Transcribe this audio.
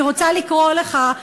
אני רוצה לקרוא לך,